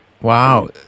Wow